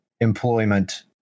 employment